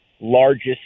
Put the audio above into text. largest